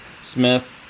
Smith